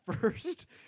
First